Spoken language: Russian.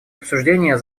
обсуждения